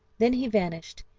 then he vanished,